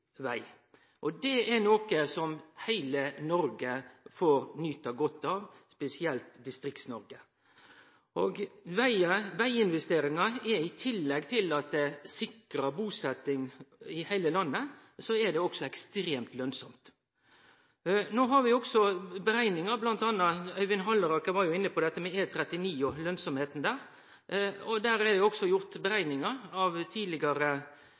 veg. Det er noko som heile Noreg får nyte godt av, spesielt Distrikts-Noreg. Veginvesteringar er, i tillegg til at det sikrar busetjing i heile landet, ekstremt lønnsamt. Øyvind Halleraker var inne på dette med E39 og lønnsemda der, og der er det gjort berekningar av tidlegare